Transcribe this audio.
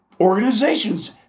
organizations